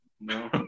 No